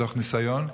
מתוך ניסיון,